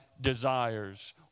desires